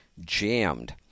jammed